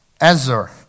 Ezra